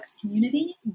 community